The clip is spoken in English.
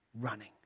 Running